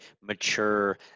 mature